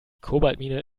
kobaltmine